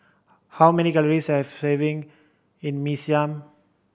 how many calories does serving in Mee Siam